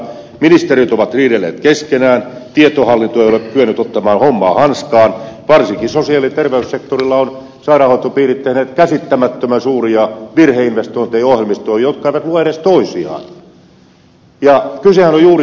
ministerit ovat riidelleet keskenään tietohallinto ei ole kyennyt ottamaan hommaa hanskaan varsinkin sosiaali ja terveyssektorilla ovat sairaanhoitopiirit tehneet käsittämättömän suuria virheinvestointeja ohjelmistoihin jotka eivät lue edes toisiaan